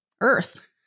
earth